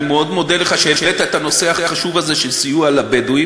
אני מאוד מודה לך על שהעלית את הנושא החשוב הזה של סיוע לבדואים.